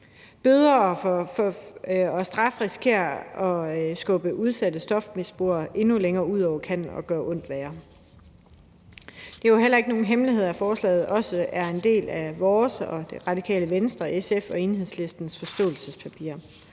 Bøder og straf risikerer at skubbe udsatte stofmisbrugere endnu længere ud over kanten og gøre ondt værre. Det er jo heller ikke nogen hemmelighed, at forslaget er en del af vores og Radikale Venstres, SF's og Enhedslistens forståelsespapir.